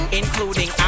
including